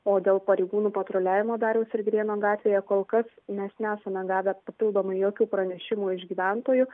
o dėl pareigūnų patruliavimo dariaus ir girėno gatvėje kol kas mes nesame gavę papildomai jokių pranešimų iš gyventojų